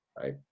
right